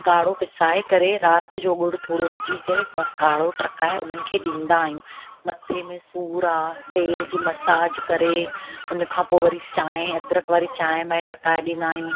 काढ़ो पिसाए करे राति जो ॻुड़ु थोरो विझी करे ग काढ़ो टहिकाए हुननि खे ॾींदा आहियूं मथे में सूरु आहे तेल जी मसाज करे हुनखां पोइ वरी चांहि अदरक वारी चांहि टहिकाए ॾींदा आहियूं